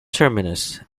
terminus